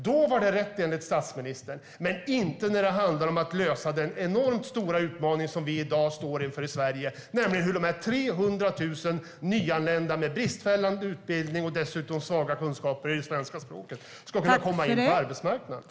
Då var det rätt, enligt statsministern, men det är inte rätt när det handlar om att lösa den enormt stora utmaning som vi i dag står inför i Sverige, nämligen hur de här 300 000 nyanlända med bristfällig utbildning och dessutom svaga kunskaper i svenska språket ska kunna komma in på arbetsmarknaden.